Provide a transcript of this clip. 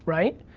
right,